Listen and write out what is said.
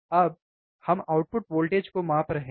अब हम output voltage को माप रहे हैं